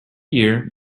year